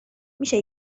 میشه